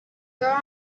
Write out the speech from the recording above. urim